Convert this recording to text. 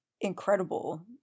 incredible